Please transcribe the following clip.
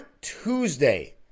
Tuesday